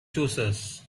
choosers